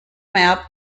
map